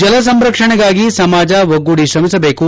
ಜಲಸಂರಕ್ಷಣೆಗಾಗಿ ಸಮಾಜ ಒಗ್ಗೂಡಿ ತ್ರಮಿಸಬೇಕು